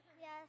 Yes